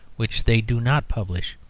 which they do not publish.